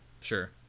Sure